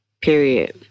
Period